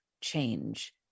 change